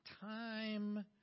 time